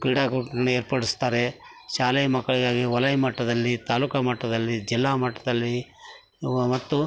ಕ್ರೀಡಾ ಕೂಟವನ್ನು ಏರ್ಪಡಿಸ್ತಾರೆ ಶಾಲೆ ಮಕ್ಕಳಿಗಾಗಿ ವಲಯ ಮಟ್ಟದಲ್ಲಿ ತಾಲೂಕು ಮಟ್ಟದಲ್ಲಿ ಜಿಲ್ಲಾ ಮಟ್ಟದಲ್ಲಿ ಮತ್ತು